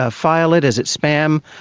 ah file it, is it spam?